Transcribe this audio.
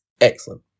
Excellent